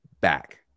back